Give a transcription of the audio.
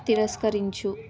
తిరస్కరించు